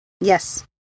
yes